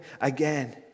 again